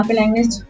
language